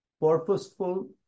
purposeful